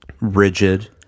rigid